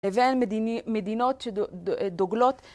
לבין מדיני.. מדינות שד.. שדוגלות